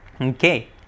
Okay